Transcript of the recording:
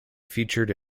featured